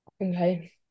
Okay